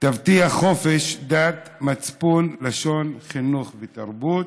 תבטיח חופש דת, מצפון, לשון, חינוך ותרבות,